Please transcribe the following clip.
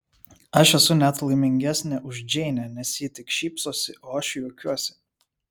aš esu net laimingesnė už džeinę nes ji tik šypsosi o aš juokiuosi